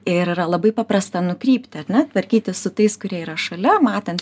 ir yra labai paprasta nukrypti ar ne tvarkytis su tais kurie yra šalia matant